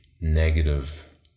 negative